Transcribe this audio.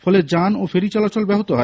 ফলে যান ও ফেরিচলাচল ব্যাহত হয়